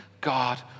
God